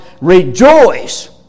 Rejoice